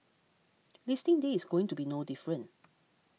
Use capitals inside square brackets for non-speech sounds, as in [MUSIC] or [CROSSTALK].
[NOISE] listing day is going to be no different